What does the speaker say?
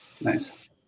nice